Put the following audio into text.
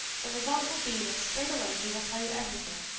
the result will be that straightway he will tell you everything,